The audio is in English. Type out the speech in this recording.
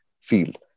field